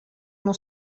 uno